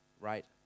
right